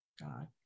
God